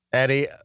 Eddie